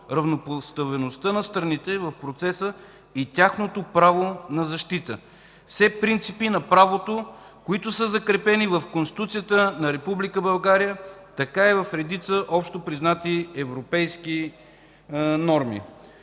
равнопоставеността на страните в процеса и тяхното право на защита – все принципи на правото, които са закрепени в Конституцията на Република България, а така също и в редица общопризнати европейски норми.